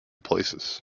places